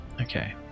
okay